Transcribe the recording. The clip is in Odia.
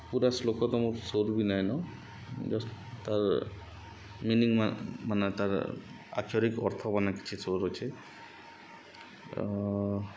ପୁରା ଶ୍ଳୋକ ତ ମର୍ ସୋର୍ ବି ନାଇଁନ ଜଷ୍ଟ୍ ତାର୍ ମିନିଙ୍ଗ୍ ମାନେ ତାର୍ ଆକ୍ଷରିକ୍ ଅର୍ଥ ମାନେ କିଛି ସୋର୍ ଅଛେ